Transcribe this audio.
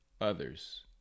others